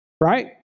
right